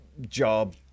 job